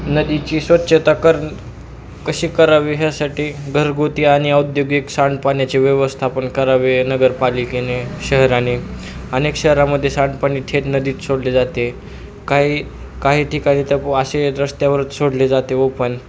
नदीची स्वच्छता करणं कशी करावी यासाठी घरगुती आणि औद्योगिक सांड पाण्याची व्यवस्था पण करावी नगरपालिकेने शहराने अनेक शहरामध्ये सांडपाणी थेट नदीत सोडले जाते काही काही ठिकणी तर वासे रस्त्यावरच सोडले जाते ओपन